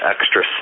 extra